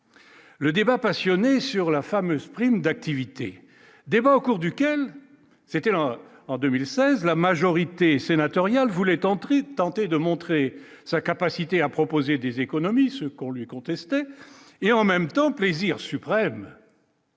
Le débat passionné sur la fameuse prime d'activité débat au cours duquel s'était lancé en 2016, la majorité sénatoriale voulait entrer tenter de montrer sa capacité à proposer des économies, ce qu'on lui conteste et en même temps, plaisir suprême.